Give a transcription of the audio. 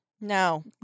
No